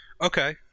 Okay